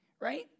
Right